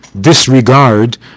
disregard